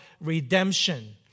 redemption